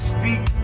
Speak